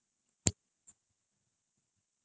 it is damn hard because south spine right